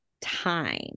time